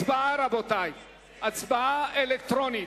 הצבעה אלקטרונית.